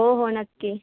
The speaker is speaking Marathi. हो हो नक्की